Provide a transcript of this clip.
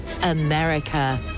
America